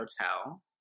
Hotel